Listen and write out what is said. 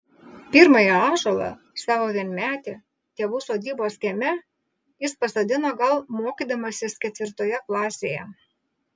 pirmąjį ąžuolą savo vienmetį tėvų sodybos kieme jis pasodino gal mokydamasis ketvirtoje klasėje